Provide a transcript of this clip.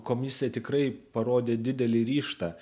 komisija tikrai parodė didelį ryžtą